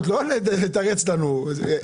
אבל לא לתרץ לנו תירוצים.